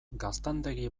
gaztandegi